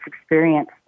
experience